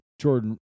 Jordan